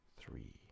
three